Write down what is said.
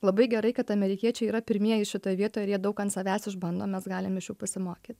labai gerai kad amerikiečiai yra pirmieji šitoj vietoj ir jie daug ant savęs išbando mes galim iš jų pasimokyt